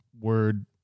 word